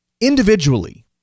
individually